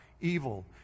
evil